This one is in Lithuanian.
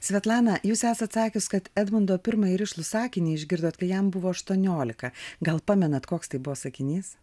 svetlana jūs esat sakius kad edmundo pirmąjį rišlų sakinį išgirdot kai jam buvo aštuoniolika gal pamenat koks tai buvo sakinys